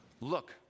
look